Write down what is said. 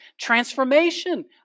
transformation